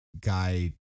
guy